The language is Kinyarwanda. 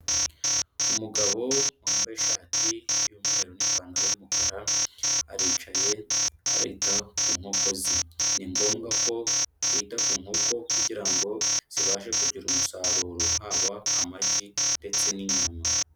Umugabo wambaye ishati y'umweru n'ipantaro y'umukara aricaye arita ku nkoko ze, ni ngombwa ko wita ku nkoko kugira ngo zibashe kugira umusaruro haba amagi ndetse n'inyama.